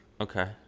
Okay